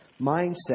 mindset